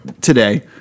today